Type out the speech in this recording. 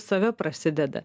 save prasideda